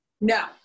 no